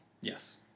Yes